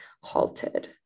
halted